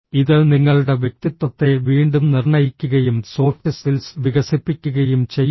ഇത് നിങ്ങളുടെ വ്യക്തിത്വത്തെ വീണ്ടും നിർണ്ണയിക്കുകയും സോഫ്റ്റ് സ്കിൽസ് വികസിപ്പിക്കുകയും ചെയ്യുന്നു